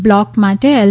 block માટે L